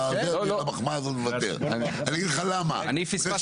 אני אגיד לך למה --- אני פספסתי את המחמאה רק.